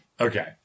Okay